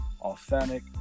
authentic